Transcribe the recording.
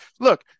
look